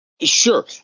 Sure